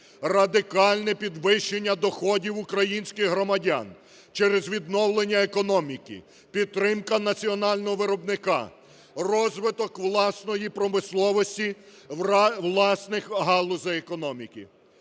Радикальне підвищення доходів українських громадян через відновлення економіки, підтримка національного виробника, розвиток власної промисловості, власних галузей економіки.